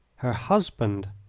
her husband!